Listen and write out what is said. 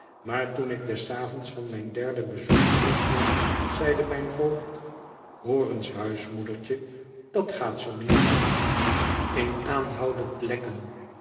maar toen ik des avonds van mijn derde bezoek terugkwam zeide mijn voogd hoor eens huismoedertje dat gaat zoo niet aan een aanhoudend lekken